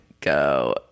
go